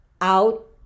out